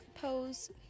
pose